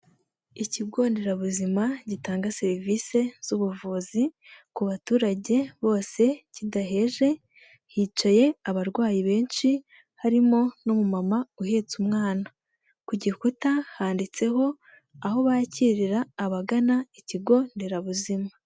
Ikigo nderabuzima gitanga serivise z'ubuvuzi ku baturage bose kidaheje, hicaye abarwayi benshi harimo n'umumama uhetse umwana, ku gikuta handitseho aho bakirira abagana ikigo nderabuzima.